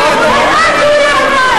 זה טוב.